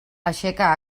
aixeca